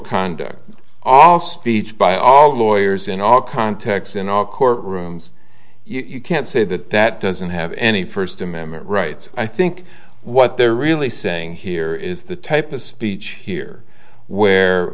conduct all speech by all lawyers in all contexts in all courtrooms you can't say that that doesn't have any first amendment rights i think what they're really saying here is the type of speech here where